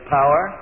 power